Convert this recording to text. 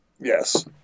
yes